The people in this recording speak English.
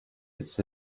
its